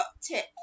tip